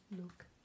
Look